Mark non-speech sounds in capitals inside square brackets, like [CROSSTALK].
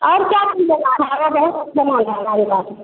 और क्या [UNINTELLIGIBLE]